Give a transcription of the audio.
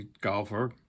golfer